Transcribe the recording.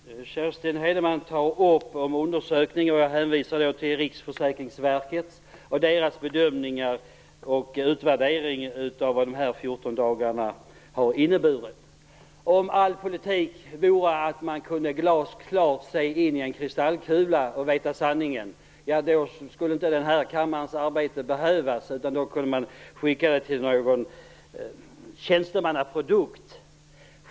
Herr talman! Kerstin Heinemann sade att det inte fanns någon undersökning. Jag hänvisar då till Riksförsäkringsverket och dess bedömning och utvärdering av vad de fjorton dagarna har inneburit. Om all politik handlade om att se in i en glasklar kristallkula och få veta sanningen skulle den här kammarens arbete inte behövas. Då kunde man skicka ut någon tjänstemannaprodukt.